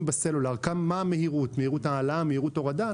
בסלולר מה מהירות ההעלאה וההורדה.